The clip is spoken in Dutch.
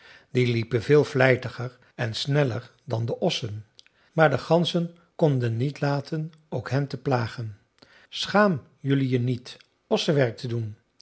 die liepen veel vlijtiger en sneller dan de ossen maar de ganzen konden niet laten ook hen te plagen schaam jelui je niet ossenwerk te doen